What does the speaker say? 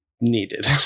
needed